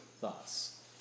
thus